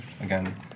again